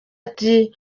ati